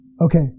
Okay